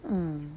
mm